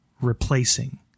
replacing